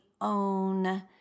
own